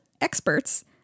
experts